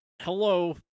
hello